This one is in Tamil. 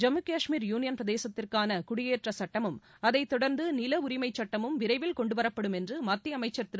ஜம்மு காஷ்மீர் யூளியள் பிரதேசத்திற்கான குடியேற்ற சட்டமும் அதை தொடர்ந்து நில உரிமை சட்டமும் விரைவில் கொண்டு வரப்படும் என்று மத்திய அமைச்சர் திரு